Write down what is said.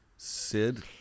Sid